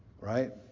right